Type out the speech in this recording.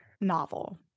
novel